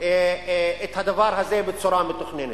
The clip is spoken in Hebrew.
את הדבר הזה בצורה מתוכננת.